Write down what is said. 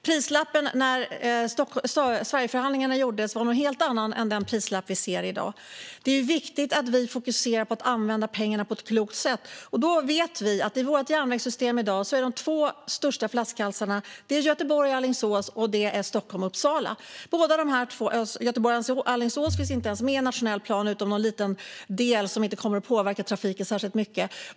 Prislappen när Sverigeförhandlingarna gjordes var en helt annan än i dag. Det är viktigt att fokusera på att pengarna används på ett klokt sätt. I järnvägssystemet i dag är de två värsta flaskhalsarna Göteborg-Alingsås och Stockholm-Uppsala. Ingen av dem finns med i den nationella planen utom en liten del som inte kommer att påverka trafiken särskilt mycket.